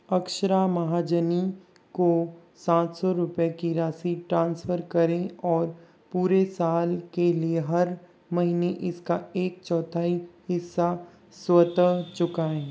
अक्षरा महाजनी को सात सौ रुपये की राशि ट्रांसफ़र करें और पूरे साल के लिए हर महीने इसका एक चौथाई हिस्सा स्वतः चुकाएं